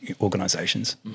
organisations